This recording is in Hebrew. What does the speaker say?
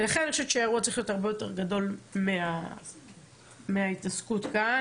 ולכן אני חושבת שהאירוע צריך להיות הרבה יותר גדול מההתעסקות כאן.